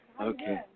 Okay